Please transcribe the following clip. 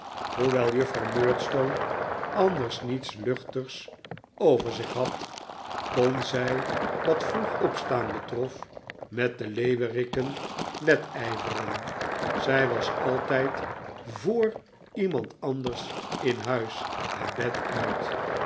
hoewel juffrouw murdstone anders niets luchtigs over zich had kon zij wat vroeg opstaan betrof met de leeuweriken wedijveren zij was altijd voor iemand anders in huis het bed uit